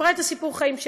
וסיפרה את סיפור החיים שלה.